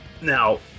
Now